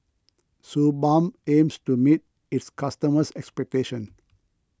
Suu Balm aims to meet its customers' expectations